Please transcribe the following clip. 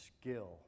skill